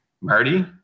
Marty